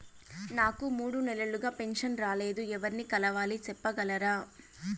నాకు మూడు నెలలుగా పెన్షన్ రాలేదు ఎవర్ని కలవాలి సెప్పగలరా?